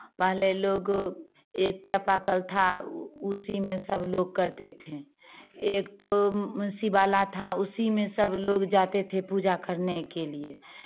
पहले लोग एक चापाकल था उसी में सब लोग करते थे एक ठो शिवाला था उसी में सब लोग जाते थे पूजा करने के लिए